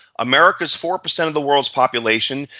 america's four percent of the world's population,